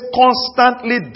constantly